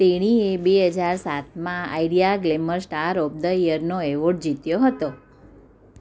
તેણીએ બે હજાર સાતમાં Idea glamour star of the યરનો એવોર્ડ જીત્યો હતો